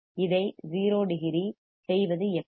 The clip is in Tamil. இதை 0 டிகிரி செய்வது எப்படி